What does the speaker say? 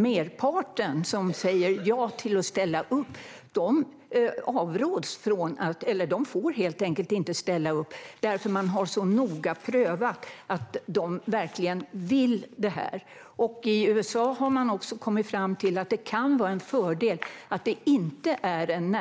Merparten som säger ja till att ställa upp får ändå inte ställa upp, eftersom man så noga har prövat att de verkligen vill det här. I USA har man också kommit fram till att det kan vara en fördel att det inte är en